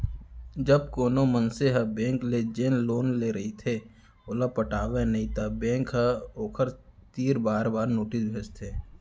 जब कोनो मनसे ह बेंक ले जेन लोन ले रहिथे ओला पटावय नइ त बेंक ह ओखर तीर बार बार नोटिस भेजथे